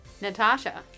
Natasha